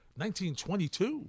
1922